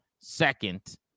second